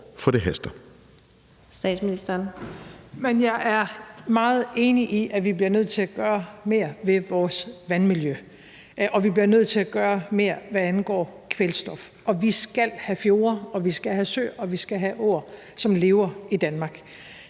(Mette Frederiksen): Jeg er meget enig i, at vi bliver nødt til at gøre mere ved vores vandmiljø og vi bliver nødt til at gøre mere, hvad angår kvælstof. Vi skal have fjorde, vi skal have søer, og vi skal have åer, som lever, i Danmark.